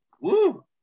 Woo